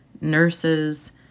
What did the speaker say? nurses